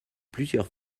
plusieurs